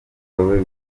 urusobe